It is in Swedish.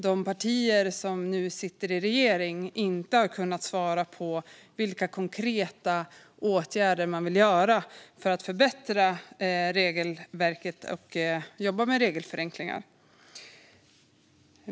De partier som nu sitter i regering har inte svarat på vilka konkreta åtgärder man vill vidta för att förbättra regelverket och jobba med regelförenklingar.